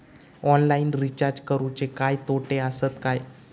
Online recharge करुचे काय तोटे आसत काय?